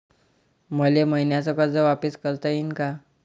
मले मईन्याचं कर्ज वापिस करता येईन का?